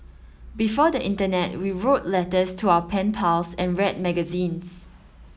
before the internet we wrote letters to our pen pals and read magazines